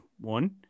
one